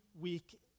week